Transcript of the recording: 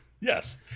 Yes